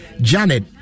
Janet